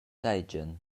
seigien